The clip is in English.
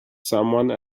someone